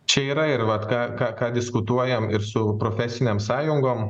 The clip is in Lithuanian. čia yra ir vat ką ką ką diskutuojam ir su profesinėm sąjungom